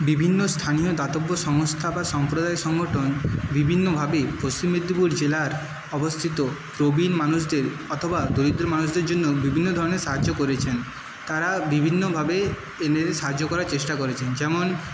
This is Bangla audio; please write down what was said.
বিভিন্ন স্থানীয় দাতব্য সংস্থা বা সম্প্রদায় সংগঠন বিভিন্নভাবে পশ্চিম মেদিনীপুর জেলার অবস্থিত প্রবীণ মানুষদের অথবা দরিদ্র মানুষদের জন্য বিভিন্ন ধরনের সাহায্য করেছেন তারা বিভিন্নভাবে এদের সাহায্য করার চেষ্টা করেছেন যেমন